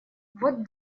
вот